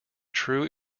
true